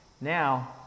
Now